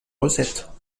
recettes